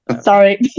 sorry